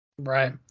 right